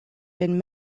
been